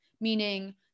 meaning